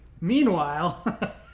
Meanwhile